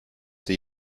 dir